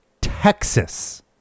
Texas